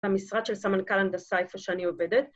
‫במשרד של סמנכ"ל הנדסה איפה שאני עובדת.